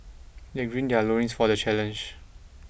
they grid their loins for the challenge